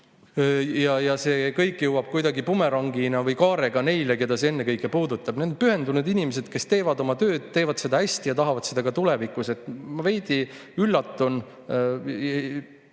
See kõik jõuab kuidagi bumerangina või kaarega neile, keda see ennekõike puudutab. Need on pühendunud inimesed, kes teevad oma tööd, teevad seda hästi ja tahavad seda teha ka tulevikus. Ma veidi üllatun,